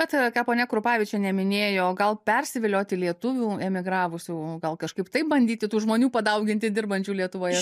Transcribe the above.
bet ką ponia krupavičienė minėjo gal persivilioti lietuvių emigravusių gal kažkaip taip bandyti tų žmonių padauginti dirbančių lietuvoje